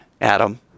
Adam